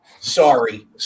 Sorry